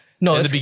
No